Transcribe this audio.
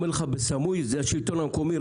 בסמוי, הוא אומר לך, זה השלטון המקומי.